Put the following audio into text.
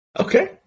Okay